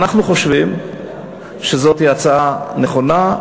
אנחנו חושבים שזוהי הצעה נכונה,